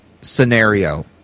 scenario